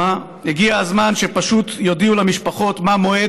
הגיע הזמן שפשוט יודיעו למשפחות מה מועד